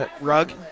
Rug